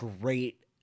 great